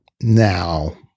Now